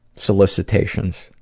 solicitations.